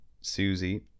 Susie